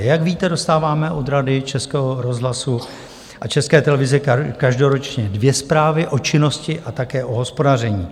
Jak víte, dostáváme od Rady Českého rozhlasu a České televize každoročně dvě zprávy o činnosti a také o hospodaření.